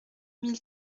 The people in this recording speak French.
mille